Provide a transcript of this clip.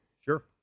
Sure